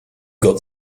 got